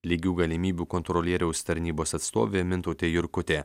lygių galimybių kontrolieriaus tarnybos atstovė mintautė jurkutė